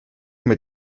mit